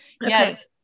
Yes